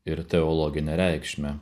ir teologinę reikšmę